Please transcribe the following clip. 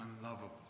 unlovable